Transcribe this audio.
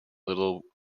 little